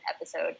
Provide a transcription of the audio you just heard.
episode